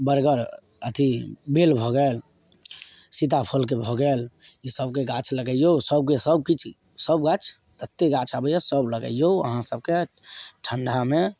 बरगद अथी बेल भऽ गेल सीताफलके भऽ गेल ईसबके गाछ लगैयौ सबके सब किछु सब गाछ जतेक गाछ आबैए सब लगैयौ अहाँ सबके ठंडामे